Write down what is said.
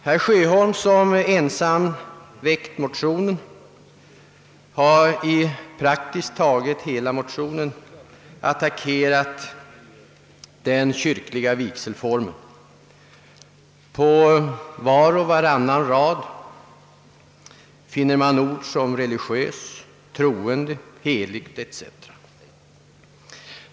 Herr Sjöholm, som är ensam motionär, har i praktiskt taget hela motionen attackerat den kyrkliga vigselformen. På var och varannan rad finner man ord som »religiös», »troende», »heligt».